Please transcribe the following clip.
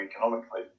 economically